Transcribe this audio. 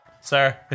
Sir